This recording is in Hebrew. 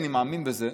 אני מאמין בזה,